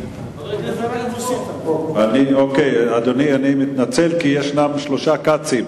פורסם כי שכונת רמת-שלמה בירושלים